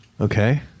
Okay